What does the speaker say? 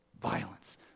Violence